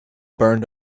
burned